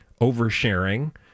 oversharing